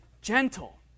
gentle